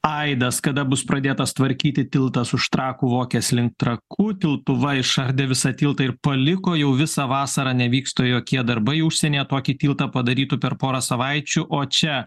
aidas kada bus pradėtas tvarkyti tiltas už trakų vokės link trakų tiltu išardė visą tiltą ir paliko jau visą vasarą nevyksta jokie darbai užsienyje tokį tiltą padarytų per porą savaičių o čia